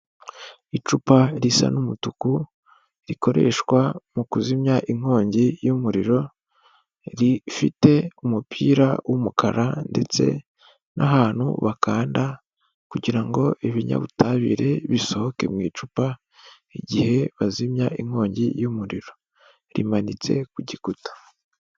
Icupa risa n'umutuku rikoreshwa mu kuzimya inkongi y'umuriro, rifite umupira w'umukara ndetse n'ahantu bakanda, kugira ibinyabutabire bisohoke mu icupa igihe bazimya inkongi y'umuriro, rimanitse ku gikuta.